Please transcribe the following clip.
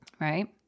right